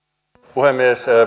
puhemies